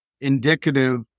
indicative